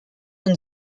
and